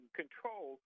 control